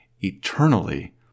eternally